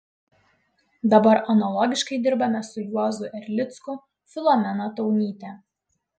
dabar analogiškai dirbame su juozu erlicku filomena taunyte